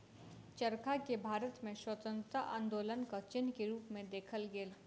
चरखा के भारत में स्वतंत्रता आन्दोलनक चिन्ह के रूप में देखल गेल